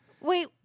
Wait